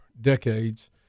decades